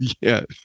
Yes